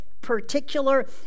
particular